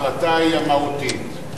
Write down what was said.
ההחלטה היא המהותית.